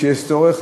כשיש צורך.